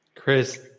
Chris